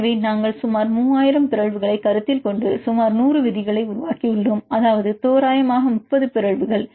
எனவே நாங்கள் சுமார் 3000 பிறழ்வுகளைக் கருத்தில் கொண்டு சுமார் 100 விதிகளை உருவாக்கியுள்ளோம் அதாவது தோராயமாக 30 பிறழ்வுகள்